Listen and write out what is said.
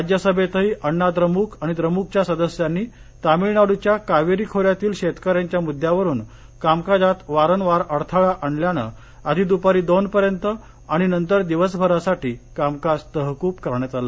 राज्यसभेतही अण्णा द्रमुक आणि द्रमुकच्या सदस्यांनी तामिळनाडूच्या कावेरी खोऱ्यातील शेतकऱ्यांच्या मुद्द्यावरून कामकाजात वारंवार अडथळा आणल्यानं आधी द्पारी दोनपर्यंत आणि नंतर दिवसभरासाठी कामकाज तहकूब करण्यात आलं